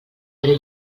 però